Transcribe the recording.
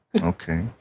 okay